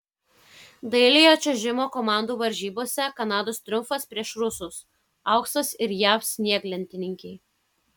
dailiojo čiuožimo komandų varžybose kanados triumfas prieš rusus auksas ir jav snieglentininkei